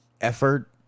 effort